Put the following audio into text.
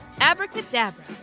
Abracadabra